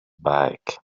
bike